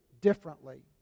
differently